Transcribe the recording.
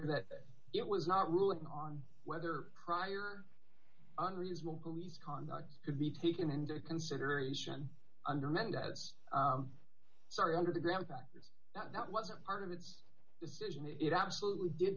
that it was not ruling on whether prior unreasonable police conduct could be taken into consideration under mendus sorry under the ground factors that wasn't part of its decision and it absolutely did